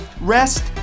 rest